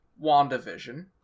WandaVision